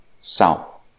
south